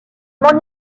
m’en